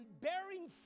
bearing